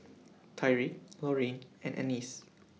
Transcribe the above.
Tyriq Lauryn and Annice